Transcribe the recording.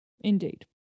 Indeed